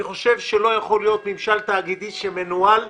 אני חושב שלא יכול להיות ממשל תאגידי שמנוהל לא על